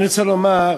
אני רוצה לומר: